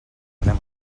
anem